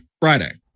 Friday